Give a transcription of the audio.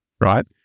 right